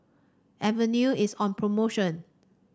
Avene is on promotion